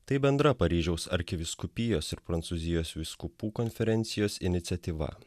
tai bendra paryžiaus arkivyskupijos ir prancūzijos vyskupų konferencijos iniciatyva